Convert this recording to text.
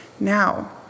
Now